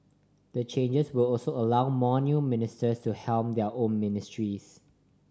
the changes will also allow more new ministers to helm their own ministries